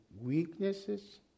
Weaknesses